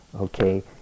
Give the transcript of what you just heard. Okay